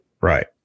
right